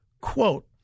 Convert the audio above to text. quote